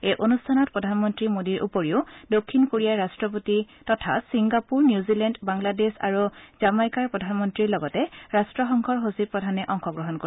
এই অনুষ্ঠানত প্ৰধানমন্ত্ৰী মোদীৰ উপৰি দক্ষিণ কোৰিয়াৰ ৰাট্টপত্ৰি তথা চিংগাপুৰ নিউজিলেণ্ড বাংলাদেশ আৰু জামাইকাৰ প্ৰধানমন্ত্ৰীৰ লগতে ৰাষ্ট্ৰসংঘৰ সচিব প্ৰধানে অংশ গ্ৰহণ কৰিব